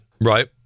Right